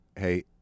hey